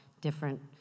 different